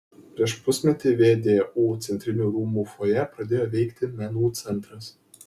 prieš pusmetį vdu centrinių rūmų fojė pradėjo veikti menų centras